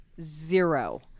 Zero